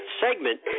segment